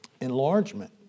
Enlargement